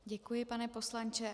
Děkuji, pane poslanče.